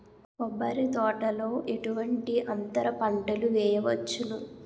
కొబ్బరి తోటలో ఎటువంటి అంతర పంటలు వేయవచ్చును?